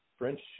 French